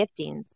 giftings